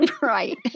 right